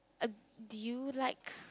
uh do you like